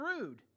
rude